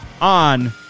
on